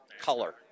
color